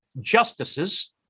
justices